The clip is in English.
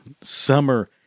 summer